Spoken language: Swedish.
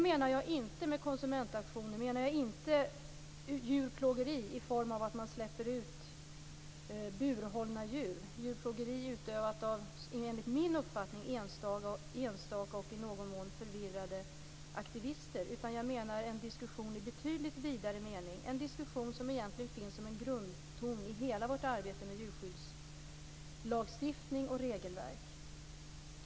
Med sådana konsumentaktioner menar jag inte djurplågeri i form av att man släpper ut burhållna djur, ett djurplågeri som enligt min uppfattning utövas av enstaka och i någon mån förvirrade aktivister, utan jag menar en diskussion i betydligt vidare mening, en diskussion som egentligen finns som en grundton i hela vårt arbete med djurskyddslagstiftning och regelverk.